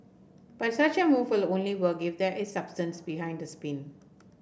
but such a move will only work if there is substance behind the spin